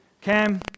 Cam